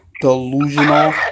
delusional